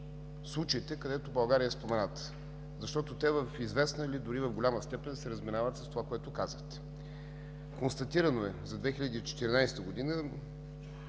случаите, където България е спомената. Защото те в известна или дори в голяма степен се разминават с това, което казахте. Констатирано е за 2014 г.